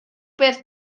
beth